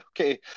Okay